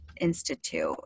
institute